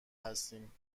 هستیم